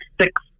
six